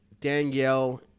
Danielle